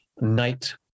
night